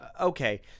okay